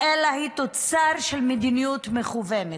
אלא תוצר של מדיניות מכוונת,